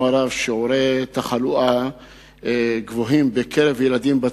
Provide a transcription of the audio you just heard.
זיהום אוויר קשה ביותר באזור